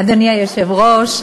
אדוני היושב-ראש,